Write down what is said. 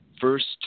first